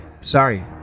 Sorry